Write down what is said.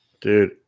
Dude